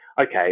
okay